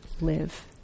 live